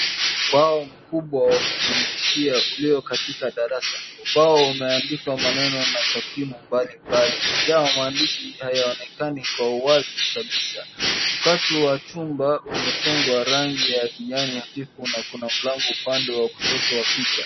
Ubao mkubwa wa kufundishia ulio katika darasa. Ubao umeandikwa maneno na takwimu mbalimbali ingawa maandishi hayaonekani kwa uwazi kabisa. Ukato wa chumba umechongwa rangi ya kijani hafifu na kuja mlango upande wa kushoto wa picha.